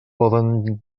poden